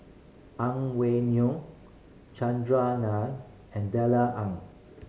Ang Wei Neng Chandran Nair and Darrell Ang